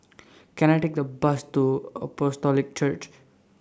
Can I Take A Bus to Apostolic Church